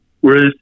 Whereas